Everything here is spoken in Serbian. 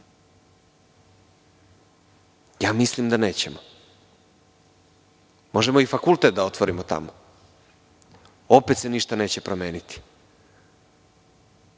Mislim da nećemo. Možemo i fakultet da otvorimo tamo, opet se ništa neće promeniti.